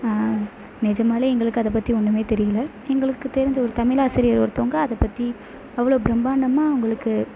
நிஜமாவே எங்களுக்கு அதை பற்றி ஒன்றுமே தெரியல எங்களுக்கு தெரிஞ்ச ஒரு தமிழ் ஆசிரியர் ஒருத்தங்க அதை பற்றி அவ்வளோ பிரமாண்டமாக அவங்களுக்கு